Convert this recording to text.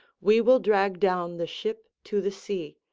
we will drag down the ship to the sea,